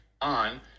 on